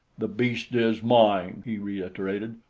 the beast is mine, he reiterated.